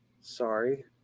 Sorry